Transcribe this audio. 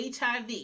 hiv